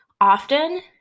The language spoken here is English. often